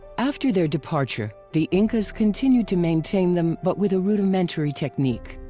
after their departure, the incas continued to maintain them but with a rudimentary technique.